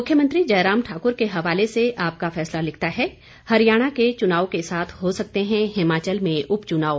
मुख्यमंत्री जयराम ठाकुर के हवाले से आपका फैसला लिखता है हरियाणा के चुनाव के साथ हो सकते हैं हिमाचल में उपचुनाव